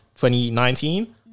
2019